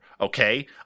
Okay